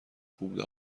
خوب